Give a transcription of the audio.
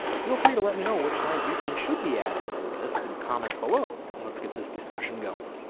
feel free to let me know which signs you think should be added to the list in the comments below and let's get this discussion going.